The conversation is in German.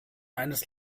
eines